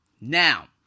Now